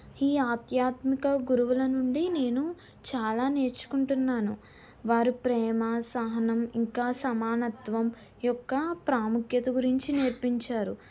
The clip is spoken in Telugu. ఈ ఆధ్యాత్మిక గురువుల నుండి నేను చాలా నేర్చుకుంటున్నాను వారు ప్రేమ సహనం ఇంకా సమానత్వం యొక్క ప్రాముఖ్యత గురించి నేర్పించారు